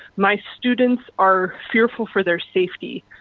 my students are fearful for their safety.